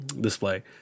display